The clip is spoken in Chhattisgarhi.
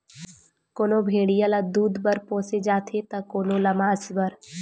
कोनो भेड़िया ल दूद बर पोसे जाथे त कोनो ल मांस बर